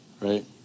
Right